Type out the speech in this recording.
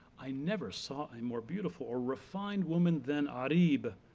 i never saw a more beautiful, or refined woman than arib,